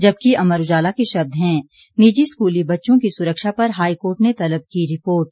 जबकि अमर उजाला के शब्द हैं निजी स्कूली बच्चों की सुरक्षा पर हाईकोर्ट ने तलब की रिपोर्ट